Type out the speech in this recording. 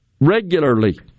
regularly